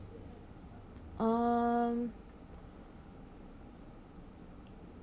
um